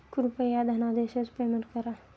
कृपया ह्या धनादेशच पेमेंट करा